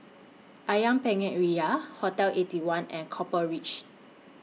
Ayam Penyet Ria Hotel Eighty One and Copper Ridge